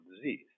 disease